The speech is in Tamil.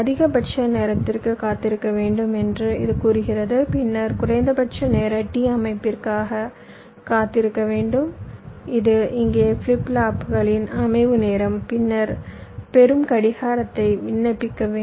அதிகபட்ச நேரத்திற்கு காத்திருக்க வேண்டும் என்று இது கூறுகிறது பின்னர் குறைந்தபட்ச நேர t அமைப்பிற்காக காத்திருக்க வேண்டும் இது இங்கே ஃபிளிப் ஃப்ளாப்களின் அமைவு நேரம் பின்னர் பெறும் கடிகாரத்தை விண்ணப்பிக்க வேண்டும்